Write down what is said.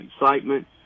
excitement